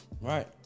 Right